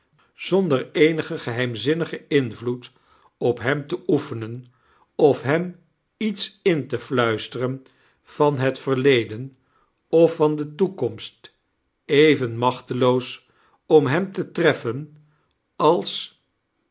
zonder eenigen geheimzinnigen mvloed op hem te oefenen of hem iets in te fluisteren van het verleden of van de toekomst even machteloos om v hem te treffen als